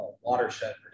watershed